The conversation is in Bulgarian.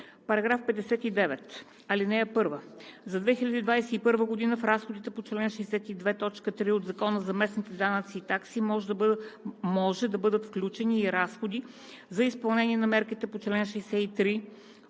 на ал. 1. § 59. (1) За 2021 г. в разходите по чл. 62, т. 3 от Закона за местните данъци и такси може да бъдат включени и разходи за изпълнение на мерки по чл. 63